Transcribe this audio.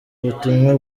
butumwa